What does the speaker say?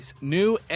new